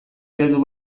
eredu